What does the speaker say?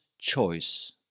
choice